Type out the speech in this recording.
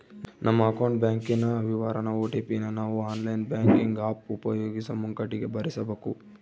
ನಮ್ಮ ಅಕೌಂಟ್ ಬ್ಯಾಂಕಿನ ವಿವರಾನ ಓ.ಟಿ.ಪಿ ನ ನಾವು ಆನ್ಲೈನ್ ಬ್ಯಾಂಕಿಂಗ್ ಆಪ್ ಉಪಯೋಗಿಸೋ ಮುಂಕಟಿಗೆ ಭರಿಸಬಕು